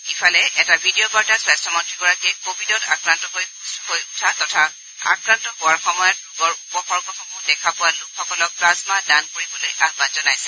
ইফালে এটা ভিডিঅ' বাৰ্তাত স্বাস্থ্যমন্ত্ৰীগৰাকীয়ে কোৱিডত আক্ৰান্ত হৈ সুস্থ হৈ উঠা তথা আক্ৰান্ত হোৱাৰ সময়ত ৰোগৰ উপসৰ্গসমূহ দেখা পোৱা লোকসকলক প্লাজমা দান কৰিবলৈ আহান জনাইছে